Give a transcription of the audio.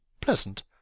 Pleasant